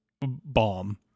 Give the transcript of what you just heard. bomb